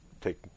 take